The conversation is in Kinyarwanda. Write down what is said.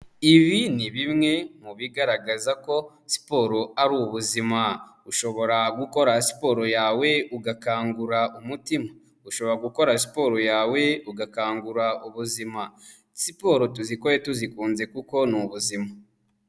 Ibi ni bimwe mu bigaragaza ko siporo ari ubuzima, ushobora gukora siporo yawe ugakangura umutima, ushobora gukora siporo yawe ugakangura ubuzima, siporo tuzikore tuzikunze kuko ni ubuzima.